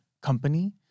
company